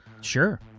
Sure